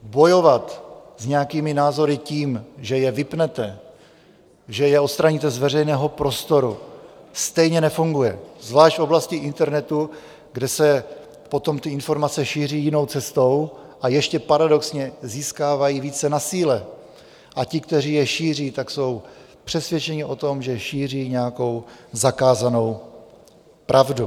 Bojovat s nějakými názory tím, že je vypnete, že je odstraníte z veřejného prostoru, stejně nefunguje, zvlášť v oblasti internetu, kde se potom ty informace šíří jinou cestou, ještě paradoxně získávají více na síle a ti, kteří je šíří, tak jsou přesvědčeni o tom, že šíří nějakou zakázanou pravdu.